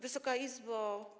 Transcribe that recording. Wysoka Izbo!